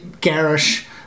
garish